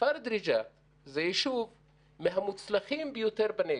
כפר דריג'את זה יישוב מהמוצלחים ביותר בנגב.